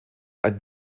ein